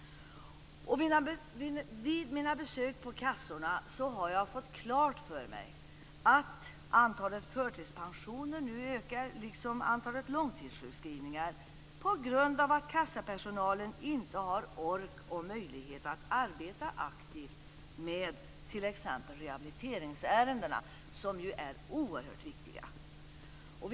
Vid mina besök på kassorna har jag fått klart för mig att antalet förtidspensioner liksom antalet långtidssjukskrivningar nu ökar, på grund av att kassapersonalen inte har ork och möjlighet att arbeta aktivt med t.ex. rehabiliteringsärendena. De är ju oerhört viktiga.